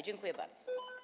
Dziękuję bardzo.